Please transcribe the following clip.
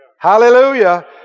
Hallelujah